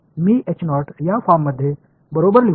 मी या फॉर्ममध्ये बरोबर लिहू शकतो